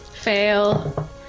Fail